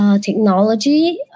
technology